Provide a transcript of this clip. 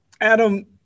Adam